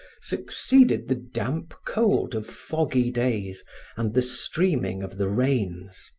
succeeded the damp cold of foggy days and the streaming of the rains.